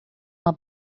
uma